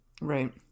right